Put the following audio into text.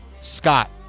Scott